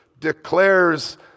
declares